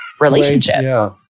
relationship